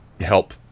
help